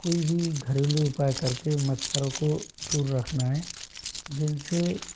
कोई भी घरेलू उपाय कर के मच्छरों को दूर रखना है जिनसे